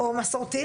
או מסורתיים,